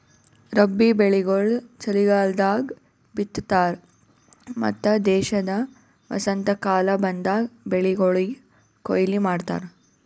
ರಬ್ಬಿ ಬೆಳಿಗೊಳ್ ಚಲಿಗಾಲದಾಗ್ ಬಿತ್ತತಾರ್ ಮತ್ತ ದೇಶದ ವಸಂತಕಾಲ ಬಂದಾಗ್ ಬೆಳಿಗೊಳಿಗ್ ಕೊಯ್ಲಿ ಮಾಡ್ತಾರ್